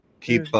Keep